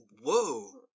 Whoa